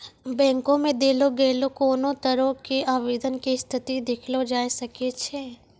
बैंको मे देलो गेलो कोनो तरहो के आवेदन के स्थिति देखलो जाय सकै छै